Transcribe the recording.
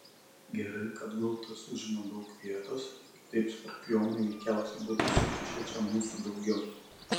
gerai kad gultas užima daug vietos kitaip skorpionai veikiausiai būtų sukišę čia mūsų daugiau